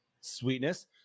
Sweetness